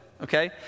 okay